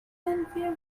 unfair